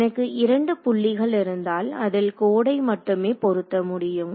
எனக்கு இரண்டு புள்ளிகள் இருந்தால் அதில் கோடை மட்டுமே பொறுத்த முடியும்